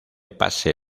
pase